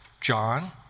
John